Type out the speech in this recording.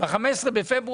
שמסתיימת ב-15 בפברואר.